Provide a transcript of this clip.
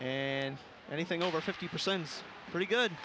and anything over fifty percent is pretty good